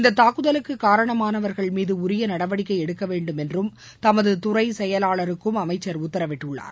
இந்த தாக்குதலுக்கு காரணமானவர்கள் மீது உரிய நடவடிக்கை எடுக்க வேண்டும் என்றும் தமது துறை செயலாளருக்கும் அமைச்சர் உத்தரவிட்டுள்ளார்